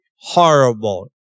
horrible